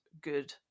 good